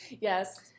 Yes